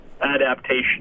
adaptation